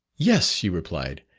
yes, she replied.